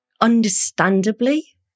understandably